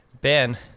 Ben